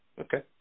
Okay